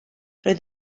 roedd